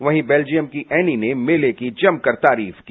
वही बेल्जियम की एनी ने मेले की जमकर तारीफ की